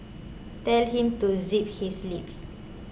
tell him to zip his lips